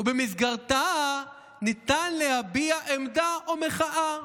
ובמסגרתה ניתן להביע עמדה או מחאה.